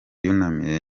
yunamiye